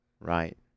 right